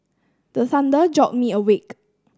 the thunder jolt me awake